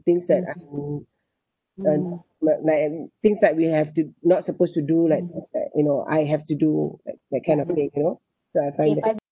things that I'm uh um things that we have to not supposed to do like things like you know I have to do like that kind of thing you know so I find that